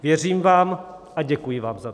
Věřím vám a děkuji vám za to.